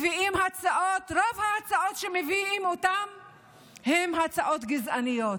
ורוב ההצעות שמביאים הן הצעות גזעניות,